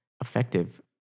effective